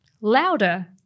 louder